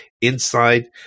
inside